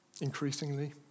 increasingly